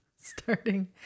Starting